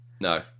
No